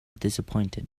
disappointed